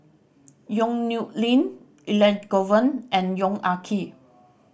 Yong Nyuk Lin Elangovan and Yong Ah Kee